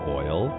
oil